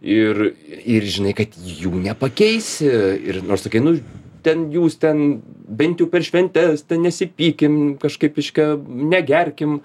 ir ir žinai kad jų nepakeisi ir nors sakai nu ten jūs ten bent jau per šventes ten nesipykim kažkaip reiškia negerkim